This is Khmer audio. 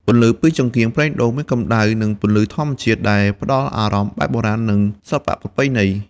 ការប្រើប្រាស់ចង្កៀងប្រេងដូងជួយកាត់បន្ថយចំណាយនិងជួយអភិរក្សផលិតផលក្នុងស្រុកហើយអាចថែរក្សានូវប្រពៃណីឲ្យបានគង់វង្សយូរអង្វែង។